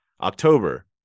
October